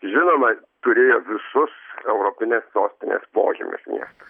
žinoma turėjo visus europinės sostinės požymius miestas